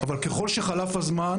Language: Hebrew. אבל ככל שחלף הזמן